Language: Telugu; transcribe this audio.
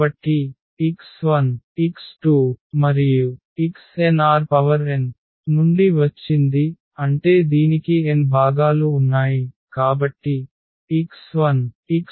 కాబట్టి x1 x2 మరియు xn Rn నుండి వచ్చింది అంటే దీనికి n భాగాలు ఉన్నాయి కాబట్టి x1 x2 xn